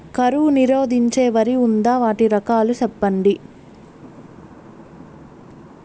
కరువు నిరోధించే వరి ఉందా? వాటి రకాలు చెప్పండి?